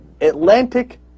Atlantic